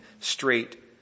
straight